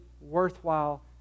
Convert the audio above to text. worthwhile